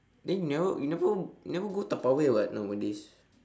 then you never you never you never go Tupperware [what] nowadays